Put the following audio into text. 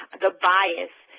the bias,